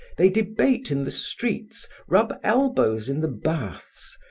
they debate in the streets, rub elbows in the baths,